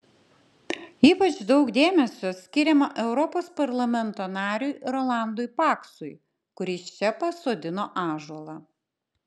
ypač daug dėmesio skiriama europos parlamento nariui rolandui paksui kuris čia pasodino ąžuolą